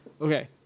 Okay